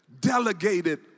delegated